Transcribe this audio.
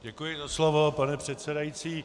Děkuji za slovo, pane předsedající.